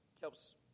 helps